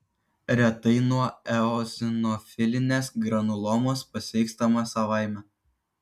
retai nuo eozinofilinės granulomos pasveikstama savaime